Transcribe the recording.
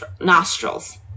nostrils